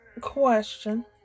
question